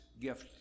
gift